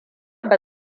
ba